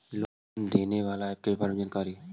Loan देने बाला app के बारे मे जानकारी?